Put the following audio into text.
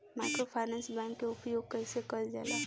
Microfinance bank के उपयोग कइसे कइल जाला?